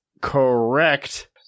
correct